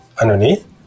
underneath